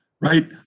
right